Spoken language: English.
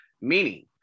meaning